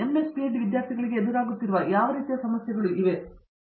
MS PhD ವಿದ್ಯಾರ್ಥಿಗಳಿಗೆ ಎದುರಾಗುತ್ತಿರುವ ಯಾವ ರೀತಿಯ ಸಮಸ್ಯೆಗಳು ನಿಮಗೆ ತಿಳಿದಿವೆ